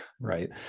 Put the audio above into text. right